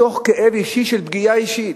מתוך כאב אישי של פגיעה אישית.